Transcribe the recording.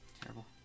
Terrible